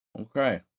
okay